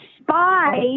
spy